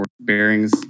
bearings